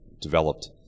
developed